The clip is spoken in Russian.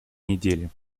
недели